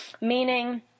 meaning